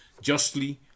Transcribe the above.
justly